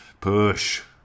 Push